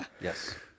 Yes